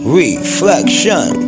reflection